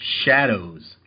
Shadows